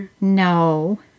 No